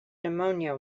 pneumonia